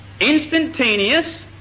instantaneous